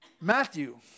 Matthew